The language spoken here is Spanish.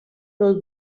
los